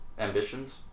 Ambitions